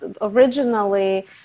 originally